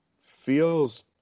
feels